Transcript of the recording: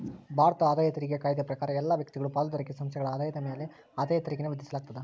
ಭಾರತದ ಆದಾಯ ತೆರಿಗೆ ಕಾಯ್ದೆ ಪ್ರಕಾರ ಎಲ್ಲಾ ವ್ಯಕ್ತಿಗಳು ಪಾಲುದಾರಿಕೆ ಸಂಸ್ಥೆಗಳ ಆದಾಯದ ಮ್ಯಾಲೆ ಆದಾಯ ತೆರಿಗೆಯನ್ನ ವಿಧಿಸಲಾಗ್ತದ